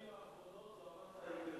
האחרונות זו המאסה העיקרית.